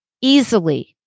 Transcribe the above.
easily